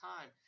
time